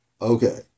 okay